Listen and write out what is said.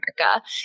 america